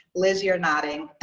liz, you're nodding.